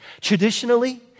Traditionally